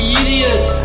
idiot